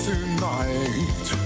Tonight